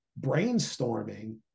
brainstorming